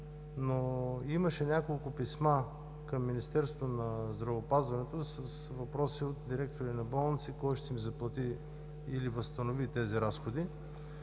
но имаше няколко писма към Министерството на здравеопазването с въпроси от директори на болниците кой ще им заплати или възстанови тези разходи.